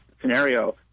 scenario